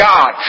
God